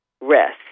rest